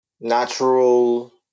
natural